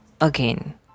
again